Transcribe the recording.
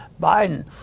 Biden